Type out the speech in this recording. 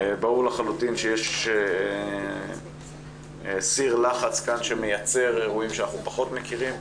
ברור לחלוטין שיש סיר לחץ כאן שמייצר אירועים שאנחנו פחות מכירים.